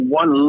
one